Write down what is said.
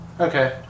Okay